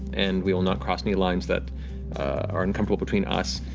and we will not cross any lines that are uncomfortable between us.